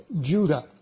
Judah